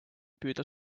püüda